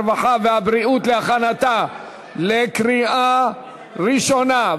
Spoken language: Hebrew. הרווחה והבריאות להכנתה לקריאה ראשונה.